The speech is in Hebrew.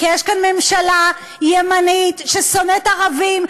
כי יש כאן ממשלה ימנית ששונאת ערבים,